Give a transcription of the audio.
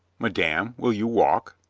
madame, will you walk?